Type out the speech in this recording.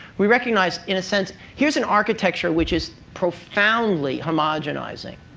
we recognize, in a sense, here's an architecture which is profoundly homogenizing.